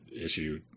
issue